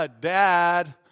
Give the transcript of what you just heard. Dad